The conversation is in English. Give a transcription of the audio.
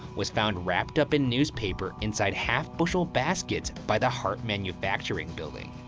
was found wrapped up in newspaper inside half bushel baskets by the hart manufacturing building.